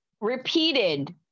repeated